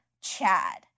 Chad